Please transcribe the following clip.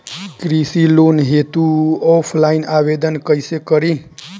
कृषि लोन हेतू ऑफलाइन आवेदन कइसे करि?